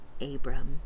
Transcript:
Abram